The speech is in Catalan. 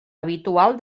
habitual